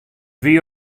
wie